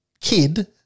kid